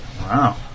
Wow